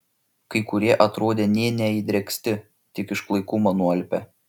kai kurie atrodė nė neįdrėksti tik iš klaikumo nualpę